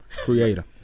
Creator